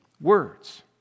words